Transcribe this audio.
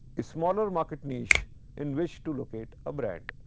a smaller market niche in which to locate a brand.